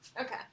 Okay